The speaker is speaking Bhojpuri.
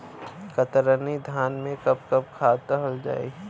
कतरनी धान में कब कब खाद दहल जाई?